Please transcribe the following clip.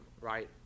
right